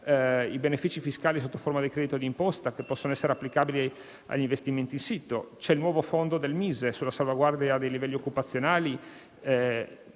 benefici fiscali sotto forma di credito di imposta che possono essere applicabili agli investimenti in sito. C'è il nuovo fondo del MISE sulla salvaguardia dei livelli occupazionali,